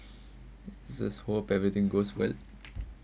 just hope everything goes well